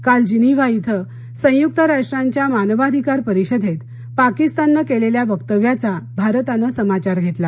काल जिनिव्हा इथं संयुक्त राष्ट्रांच्या मानवाधिकार परिषदेत पाकिस्ताननं केलेल्या वक्तव्याचा भारताने समाचार घेतला